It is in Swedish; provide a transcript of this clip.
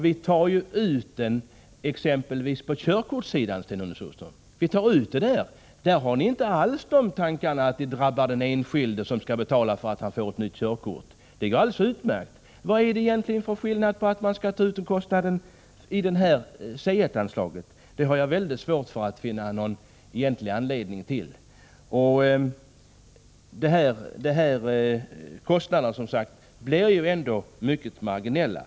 Vi tar dessutom ut en avgift på exempelvis körkortssidan, Sten-Ove Sundström. På det området har ni inte alls framfört tankarna att det drabbar den enskilde, som måste betala för att han skall få ett nytt körkort. Det går alldeles utmärkt. Vad är det egentligen för skillnad mellan att ta ut en avgift för förnyelse av körkort och att ta ut avgifter för den verksamhet som täcks av C 1-anslaget? Jag har mycket svårt att finna någon verklig anledning till att det här finns olikheter. Kostnaderna blir som sagt dessutom mycket marginella.